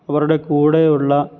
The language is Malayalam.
അവരുടെ കൂടെയുള്ള